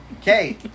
Okay